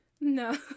no